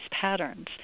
patterns